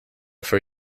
for